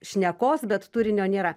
šnekos bet turinio nėra